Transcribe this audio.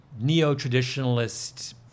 neo-traditionalist